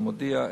"המודיע",